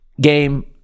game